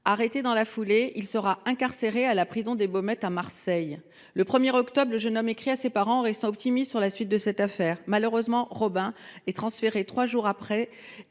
Arrêté dans la foulée, il est incarcéré à la prison des Baumettes, à Marseille. Le 1 octobre, le jeune homme écrit à ses parents ; il reste optimiste sur la suite de cette affaire. Malheureusement, trois jours après,